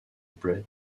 bread